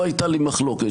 לא הייתה לי מחלוקת,